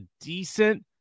decent